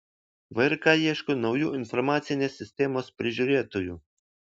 vrk ieško naujų informacinės sistemos prižiūrėtojų